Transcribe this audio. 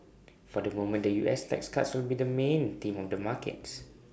for the moment the U S tax cuts will be the main theme of the markets